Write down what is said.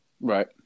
Right